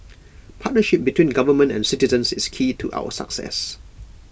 partnership between government and citizens is key to our success